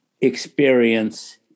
experience